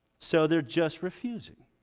so they're just refusing